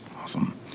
Awesome